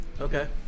Okay